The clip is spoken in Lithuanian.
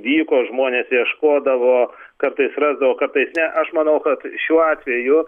vyko žmonės ieškodavo kartais rasdavo kartais ne aš manau kad šiuo atveju